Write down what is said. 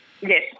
Yes